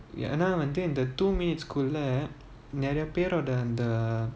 அதுவந்து:adhu vanthu the two minutes குள்ள நெறயபேரோடஅந்த:kulla niraiya peroda antha